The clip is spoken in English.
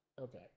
Okay